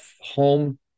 home